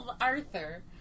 Arthur